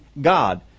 God